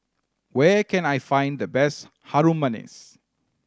where can I find the best Harum Manis